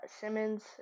Simmons